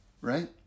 right